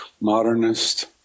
modernist